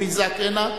הוא נזעק הנה.